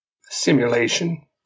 simulation